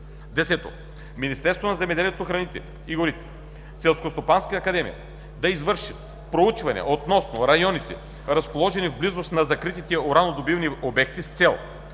X. Министерството на земеделието, храните и горите: Селскостопанската академия да извърши проучване относно районите, разположени в близост до закритите уранодобивни обекти, с цел